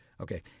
Okay